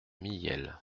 mihiel